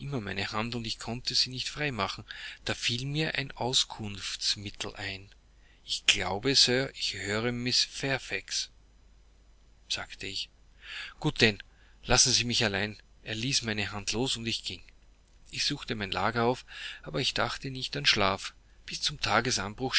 meine hand und ich konnte sie nicht frei machen da fiel mir ein auskunftsmittel ein ich glaube sir ich höre mrs fairfax sagte ich gut denn lassen sie mich allein er ließ meine hand los und ich ging ich suchte mein lager auf aber ich dachte nicht an schlaf bis zum